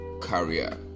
career